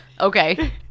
Okay